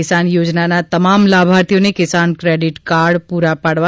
કિસાન યોજનાના તમામ લાભાર્થીઓને કિસાન ક્રેડીટ કાર્ડ પૂરા પાડવા